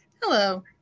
hello